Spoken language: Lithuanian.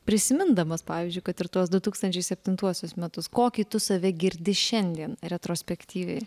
prisimindamas pavyzdžiui kad ir tuos du tūkstančiai septintuosius metus kokį tu save girdi šiandien retrospektyviai